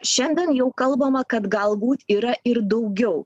šiandien jau kalbama kad galbūt yra ir daugiau